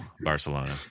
Barcelona